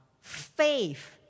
faith